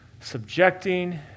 subjecting